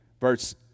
verse